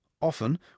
often